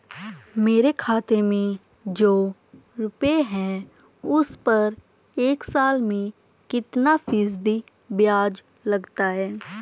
मेरे खाते में जो रुपये हैं उस पर एक साल में कितना फ़ीसदी ब्याज लगता है?